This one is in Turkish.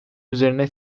üzerinde